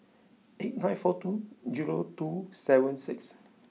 eight nine four two zero two seven six